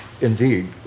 indeed